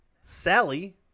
sally